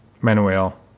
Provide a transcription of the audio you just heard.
Manuel